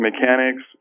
mechanics